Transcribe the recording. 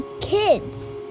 kids